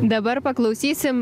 dabar paklausysim